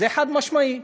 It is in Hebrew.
זה חד-משמעי.